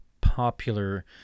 popular